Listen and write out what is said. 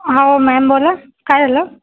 हां मॅम बोला काय झालं